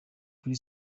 kuri